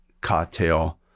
cocktail